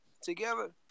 together